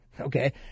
okay